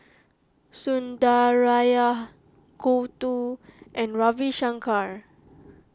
Sundaraiah Gouthu and Ravi Shankar